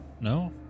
no